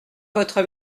votre